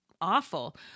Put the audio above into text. awful